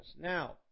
Now